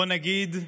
בוא נגיד,